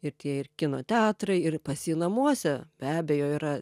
ir tie ir kino teatrai ir pas jį namuose be abejo yra